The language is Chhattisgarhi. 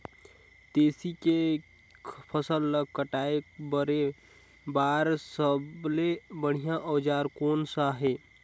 तेसी के फसल ला कटाई करे बार सबले बढ़िया औजार कोन सा हे?